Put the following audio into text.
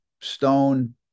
stone